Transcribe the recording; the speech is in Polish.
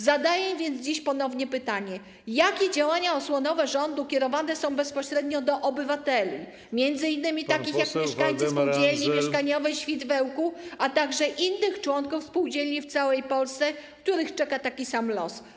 Zadaję więc dziś ponownie pytanie: Jakie działania osłonowe rządu kierowane są bezpośrednio do obywateli, m.in. takich jak mieszkańcy spółdzielni mieszkaniowej Świt w Ełku, a także innych członków spółdzielni w całej Polsce, których czeka taki sam los?